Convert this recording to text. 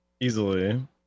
Easily